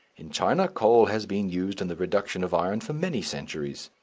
in china coal has been used in the reduction of iron for many centuries.